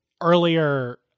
earlier